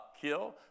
kill